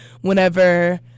whenever